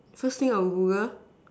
so same of Google